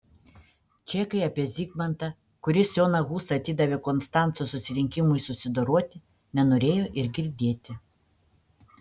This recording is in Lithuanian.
čekai apie zigmantą kuris joną husą atidavė konstanco susirinkimui susidoroti nenorėjo ir girdėti